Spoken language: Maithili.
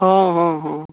हँ हँ हँ